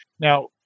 Now